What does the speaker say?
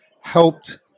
helped